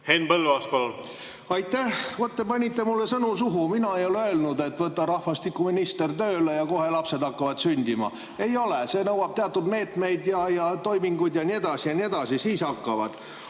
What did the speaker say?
Henn Põlluaas, palun! Aitäh! Vaat, te panite mulle sõnu suhu. Mina ei ole öelnud, et võta rahvastikuminister tööle ja kohe hakkavad lapsed sündima. Ei ole. See nõuab teatud meetmeid ja toiminguid ja nii edasi ja nii edasi – siis hakkavad